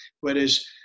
Whereas